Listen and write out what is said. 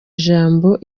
ijambo